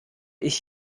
ich